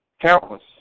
Countless